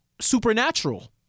Supernatural